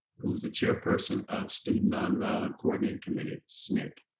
who's the chairperson of student nonviolent coordinating committee sncc,